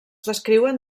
descriuen